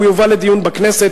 והוא יובא לדיון בכנסת,